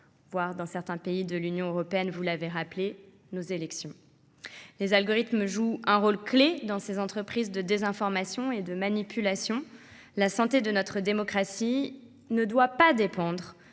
–, dans certains pays de l’Union européenne, nos élections. Les algorithmes jouent un rôle clé dans ces entreprises de désinformation et de manipulation. La santé de notre démocratie ne doit pas dépendre